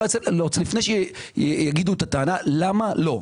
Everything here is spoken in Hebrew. לפני שיעלו את הטענה אני שואל למה לא.